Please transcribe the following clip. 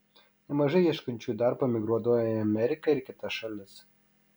nemažai ieškančiųjų darbo emigruodavo į ameriką ir kitas šalis